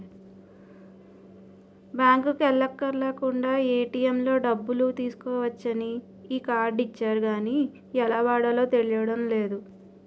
బాంకుకి ఎల్లక్కర్లేకుండానే ఏ.టి.ఎం లో డబ్బులు తీసుకోవచ్చని ఈ కార్డు ఇచ్చారు గానీ ఎలా వాడాలో తెలియడం లేదు